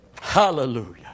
Hallelujah